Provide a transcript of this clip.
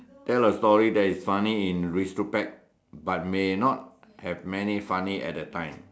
tell a story that is funny in retrospect but may not have meant it funny at that time